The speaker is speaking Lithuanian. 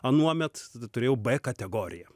anuomet tada turėjau b kategoriją